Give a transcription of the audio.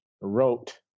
wrote